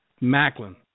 Macklin